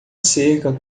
cerca